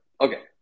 Okay